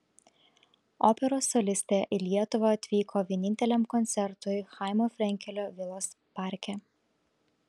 operos solistė į lietuvą atvyko vieninteliam koncertui chaimo frenkelio vilos parke